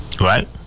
Right